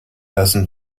lassen